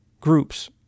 groups